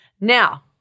Now